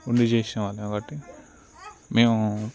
ఉండి చేసేవాళ్ళం కాబట్టి మేము